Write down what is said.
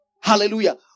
Hallelujah